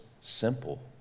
simple